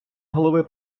голови